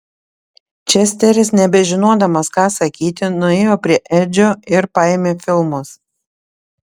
česteris nebežinodamas ką sakyti nuėjo prie edžio ir paėmė filmus